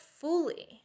fully